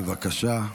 בבקשה.